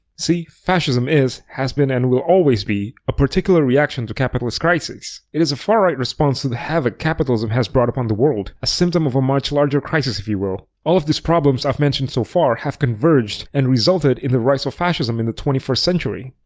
see, fascism is, has been and will always be, a particular reaction to capitalist crises. it is a far-right response to the havoc capitalism has brought upon the world, a symptom of a much larger crisis if you will. all of these problems i've mentioned so far have converged and resulted in the rise of fascism in the twenty first century.